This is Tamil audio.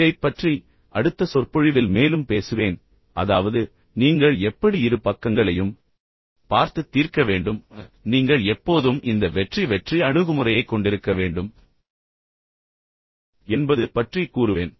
இதைப் பற்றி அடுத்த சொற்பொழிவில் என்பதைப் பற்றி மேலும் பேசுவேன் அதாவது நீங்கள் எப்படி இரு பக்கங்களையும் பார்த்து தீர்க்க வேண்டும் பின்னர் நீங்கள் எப்போதும் இந்த வெற்றி வெற்றி அணுகுமுறையைக் கொண்டிருக்க வேண்டும் என்பது பற்றி கூறுவேன்